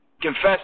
Confess